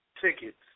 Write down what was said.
tickets